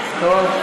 טוב.